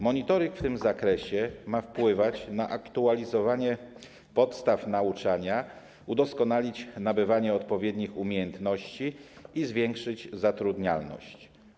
Monitoring w tym zakresie ma wpływać na aktualizowanie podstaw nauczania, udoskonalić nabywanie odpowiednich umiejętności i zwiększyć zatrudnialność.